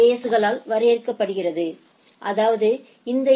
S களால் வரையறுக்கப்படுகிறது அதாவது இந்த ஏ